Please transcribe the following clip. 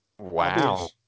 Wow